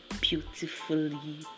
beautifully